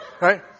Right